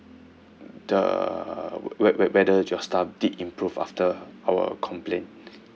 the whe~ whe~ whether your staff did improve after our complaint